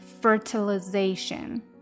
Fertilization